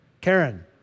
karen